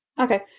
Okay